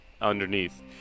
underneath